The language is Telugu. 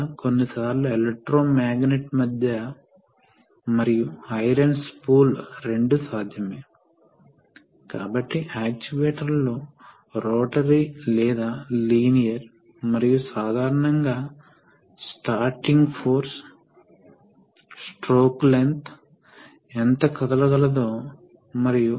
కాబట్టి మీరు దాన్ని మళ్ళీ ఆన్ చేసినప్పుడు ఇది ఎడమ వైపుకు మారుతుంది ఇప్పుడు అది కామ్ తయారు చేయబడింది కాబట్టి ఇది ఈ స్థితిలో ఉంది కాబట్టి ఇప్పుడు మళ్ళీ పంపుతో అనుసంధానించబడింది ఇది పంపుకు అనుసంధానించబడి ఉంది